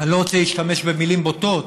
אני לא רוצה להשתמש במילים בוטות,